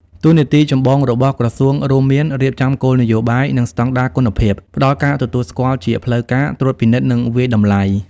តួនាទីចម្បងរបស់ក្រសួងរួមមាន រៀបចំគោលនយោបាយ និងស្តង់ដារគុណភាព ផ្តល់ការទទួលស្គាល់ជាផ្លូវការ ត្រួតពិនិត្យ និងវាយតម្លៃ។